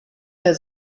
der